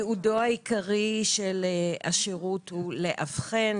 ייעודו העיקרי של השירות הוא לאבחן,